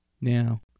Now